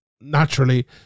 naturally